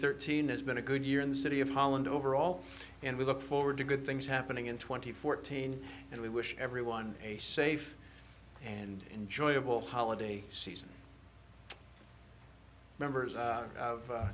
thirteen has been a good year in the city of holland overall and we look forward to good things happening in twenty fourteen and we wish everyone a safe and enjoyable holiday season members